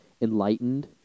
enlightened